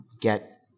get